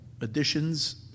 additions